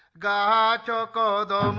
da da da